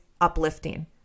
uplifting